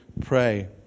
pray